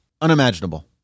unimaginable